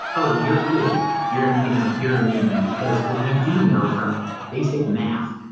oh, you're cool you're you know, you're immune because what we do know from basic math,